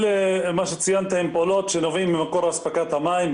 מה שציינת הן פעולות שנובעות ממקור אספקת המים.